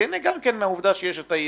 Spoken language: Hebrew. גם הוא ייהנה מהעובדה שיש את ה-EMV.